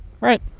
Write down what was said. Right